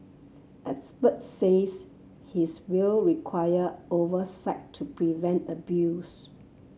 experts says his will require oversight to prevent abuse